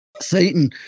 Satan